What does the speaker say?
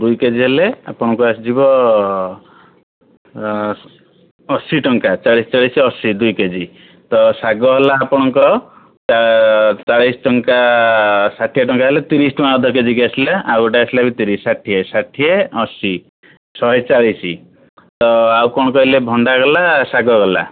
ଦୁଇ କେଜି ହେଲେ ଆପଣଙ୍କୁ ଆସିଯିବ ଅଶୀ ଟଙ୍କା ଚାଳିଶ ଚାଳିଶ ଅଶୀ ଦୁଇ କେଜି ତ ଶାଗ ହେଲା ଆପଣଙ୍କର ଚାଳିଶ ଟଙ୍କା ଷାଠିଏ ଟଙ୍କା ହେଲେ ତିରିଶ ଟଙ୍କା ଅଧକେଜି କି ରଖିଲେ ଆଉ ଗୋଟେ ରଖିଲେ ବି ତିରିଶ ଷାଠିଏ ଷାଠିଏ ଅଶୀ ଶହେ ଚାଳିଶି ତ ଆଉ କ'ଣ କହିଲେ ଭଣ୍ଡା ଗଲା ଆଉ ଶାଗ ଗଲା